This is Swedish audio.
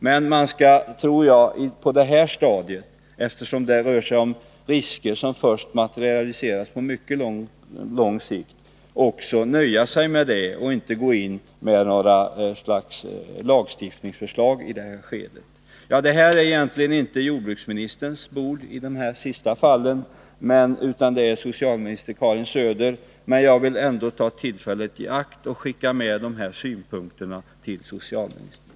Men eftersom det rör sig om risker som materialiserar sig först på mycket lång sikt, tror jag man på det här stadiet skall nöja sig med detta och inte gå in med några lagstiftningsförslag i det här skedet. De här sista fallen är egentligen inte jordbruksministerns bord utan socialministern Karin Söders, men jag vill ändå ta tillfället i akt och skicka med dessa synpunkter till socialministern.